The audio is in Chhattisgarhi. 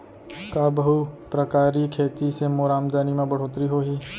का बहुप्रकारिय खेती से मोर आमदनी म बढ़होत्तरी होही?